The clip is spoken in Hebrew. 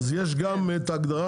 יש גם ההגדרה